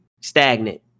stagnant